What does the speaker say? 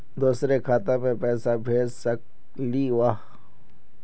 दुसरे खाता मैं पैसा भेज सकलीवह?